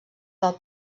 del